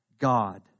God